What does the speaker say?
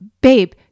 babe